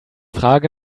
frage